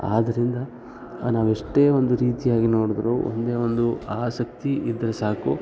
ಆದ್ದರಿಂದ ನಾವು ಎಷ್ಟೇ ಒಂದು ರೀತಿಯಾಗಿ ನೋಡಿದ್ರೂ ಒಂದೇ ಒಂದು ಆಸಕ್ತಿ ಇದ್ದರೆ ಸಾಕು